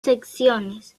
secciones